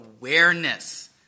awareness